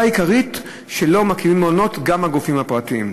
העיקרית שלא מקימים מעונות גם בגופים הפרטיים.